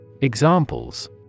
Examples